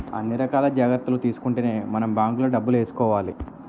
అన్ని రకాల జాగ్రత్తలు తీసుకుంటేనే మనం బాంకులో డబ్బులు ఏసుకోవాలి